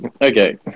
okay